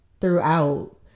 throughout